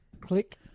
click